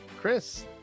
Chris